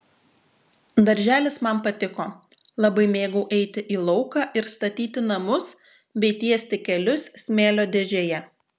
darželis man patiko labai mėgau eiti į lauką ir statyti namus bei tiesti kelius smėlio dėžėje